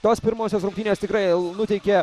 tos pirmosios rungtynės tikrai nuteikė